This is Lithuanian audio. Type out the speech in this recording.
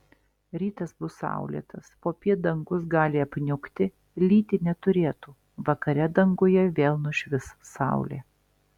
rytas bus saulėtas popiet dangus gali apniukti lyti neturėtų vakare danguje vėl nušvis saulė